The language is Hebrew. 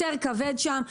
יותר כבד שם.